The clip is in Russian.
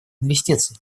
инвестиций